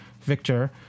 Victor